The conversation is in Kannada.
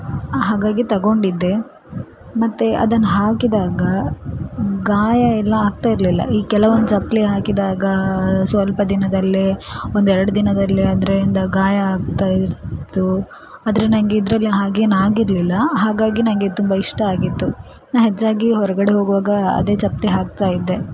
ಹಾಗಾಗಿ ತೊಗೊಂಡಿದ್ದೆ ಮತ್ತು ಅದನ್ನು ಹಾಕಿದಾಗ ಗಾಯ ಎಲ್ಲ ಆಗ್ತಾ ಇರಲಿಲ್ಲ ಈ ಕೆಲವೊಂದು ಚಪ್ಪಲಿ ಹಾಕಿದಾಗ ಸ್ವಲ್ಪ ದಿನದಲ್ಲೇ ಒಂದೆರಡು ದಿನದಲ್ಲೇ ಅದರಿಂದ ಗಾಯ ಆಗ್ತಾ ಇತ್ತು ಆದರೆ ನನಗೆ ಇದರಲ್ಲಿ ಹಾಗೇನು ಆಗಿರಲಿಲ್ಲ ಹಾಗಾಗಿ ನನಗೆ ಇದು ತುಂಬ ಇಷ್ಟ ಆಗಿತ್ತು ನಾನು ಹೆಚ್ಚಾಗಿ ಹೊರಗಡೆ ಹೋಗುವಾಗ ಅದೇ ಚಪ್ಪಲಿ ಹಾಕ್ತಾ ಇದ್ದೆ